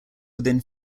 within